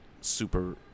super